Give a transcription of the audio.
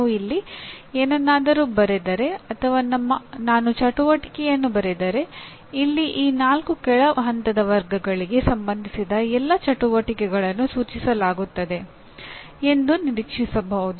ನಾನು ಇಲ್ಲಿ ಏನನ್ನಾದರೂ ಬರೆದರೆ ಅಥವಾ ನಾನು ಚಟುವಟಿಕೆಯನ್ನು ಬರೆದರೆ ಇಲ್ಲಿ ಈ ನಾಲ್ಕು ಕೆಳ ಹಂತದ ವರ್ಗಗಳಿಗೆ ಸಂಬಂಧಿಸಿದ ಎಲ್ಲಾ ಚಟುವಟಿಕೆಗಳನ್ನು ಸೂಚಿಸಲಾಗುತ್ತದೆ ಎಂದು ನಿರೀಕ್ಷಿಸಬಹುದು